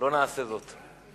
נעשה זאת.